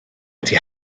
wedi